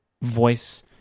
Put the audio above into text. voice